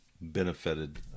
benefited